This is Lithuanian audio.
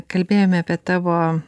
kalbėjome apie tavo